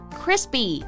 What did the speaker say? crispy